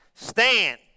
Stand